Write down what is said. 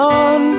on